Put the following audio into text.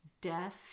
death